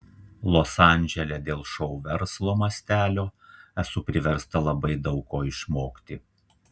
los andžele dėl šou verslo mastelio esu priversta labai daug ko išmokti